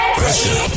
pressure